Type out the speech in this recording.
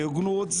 בהוגנות,